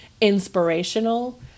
inspirational